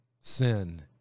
Sin